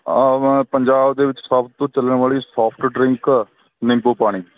ਆ ਵ ਪੰਜਾਬ ਦੇ ਵਿੱਚ ਸਭ ਤੋਂ ਚੱਲਣ ਵਾਲੀ ਸੋਫਟ ਡਰਿੰਕ ਨਿੰਬੂ ਪਾਣੀ